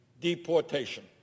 deportation